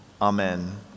amen